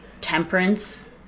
temperance